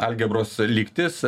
algebros lygtis